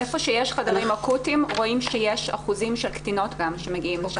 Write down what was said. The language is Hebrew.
איפה שיש חדרים אקוטיים רואים שיש אחוזים של קטינות גם שמגיעות לשם.